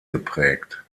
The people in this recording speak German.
geprägt